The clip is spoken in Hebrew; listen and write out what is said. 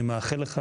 אני מאחל לך,